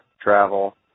travel